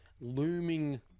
looming